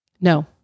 No